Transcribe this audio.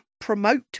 promote